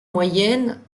moyenne